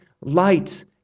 light